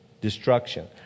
Destruction